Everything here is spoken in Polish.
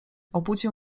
obudził